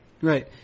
Right